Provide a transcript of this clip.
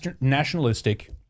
nationalistic